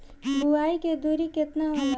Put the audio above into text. बुआई के दूरी केतना होला?